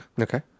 Okay